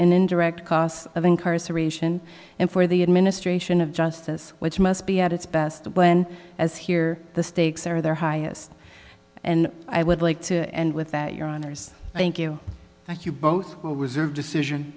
indirect costs of incarceration and for the administration of justice which must be at its best when as here the stakes are their highest and i would like to end with that your honour's thank you thank you both will reserve decision